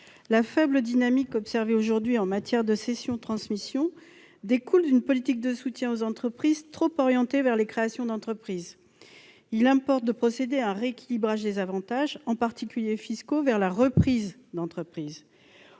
La faible dynamique observée aujourd'hui en matière de cession-transmission découle d'une politique de soutien aux entreprises trop orientée vers les créations d'entreprises. Il importe de procéder à un rééquilibrage des avantages, en particulier fiscaux, vers la reprise d'entreprise.